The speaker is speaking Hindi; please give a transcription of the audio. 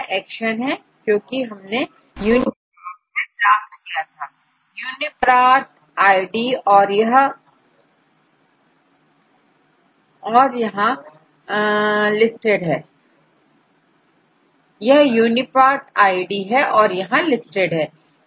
यह एक्सेशन है क्योंकि हमने UniProt से ब्लास्ट किया है यहUniProt आईडी है और यहां लिस्टेड है